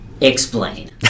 Explain